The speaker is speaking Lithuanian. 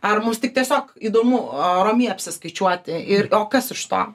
ar mums tik tiesiog įdomu a ramiai apsiskaičiuoti ir o kas iš to